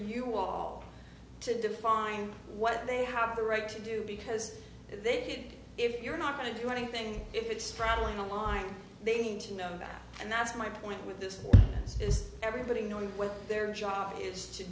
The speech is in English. you all to define what they have the right to do because they if you're not going to do anything if it's travelling on line they need to know that and that's my point with this is everybody knows what their job is to